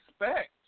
respect